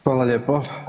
Hvala lijepo.